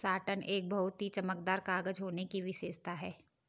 satin एक बहुत ही चमकदार कागज होने की विशेषता है